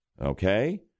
okay